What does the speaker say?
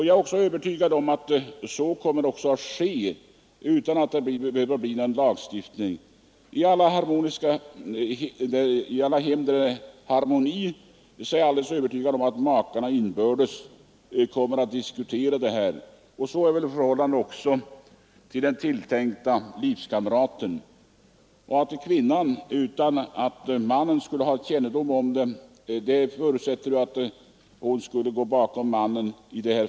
Jag är övertygad om att så kommer att bli fallet även utan att det blir en lagstiftning härom. I alla hem där det råder harmoni är jag övertygad om att makarna kommer att diskutera en sådan här situation. Detsamma gäller säkerligen — om kvinnan inte är gift — den tilltänkta livskamraten. Att kvinnan skulle söka abort utan mannens kännedom, förutsätter att hon går bakom mannens rygg.